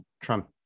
Trump